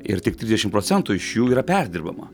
ir tik trisdešim procentų iš jų yra perdirbama